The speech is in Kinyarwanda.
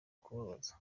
kubabaza